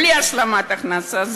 בלי השלמת הכנסה,